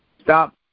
Stop